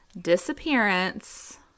disappearance